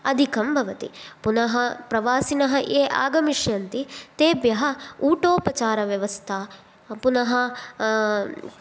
अधिकं भवति पुनः प्रवासिनः ये आगमिष्यन्ति तेभ्यः ऊटोपचारव्यवस्था पुनः